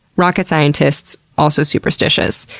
rocket scientists also superstitious.